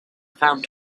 found